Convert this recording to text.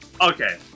okay